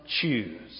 choose